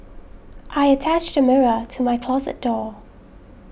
I attached a mirror to my closet door